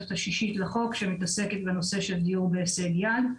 התוספת השישית לחוק שמתעסקת בדיור בהישג יד.